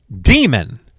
Demon